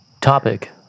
topic